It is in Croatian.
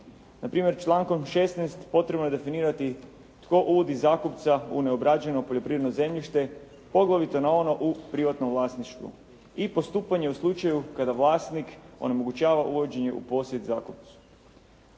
Na primjer člankom 16. potrebno je definirati tko uvodi zakupca u neobrađeno poljoprivredno zemljište, poglavito na ono u privatnom vlasništvu i postupanje u slučaju kada vlasnik onemogućava uvođenje u posjed zakupcu.